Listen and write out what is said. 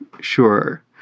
sure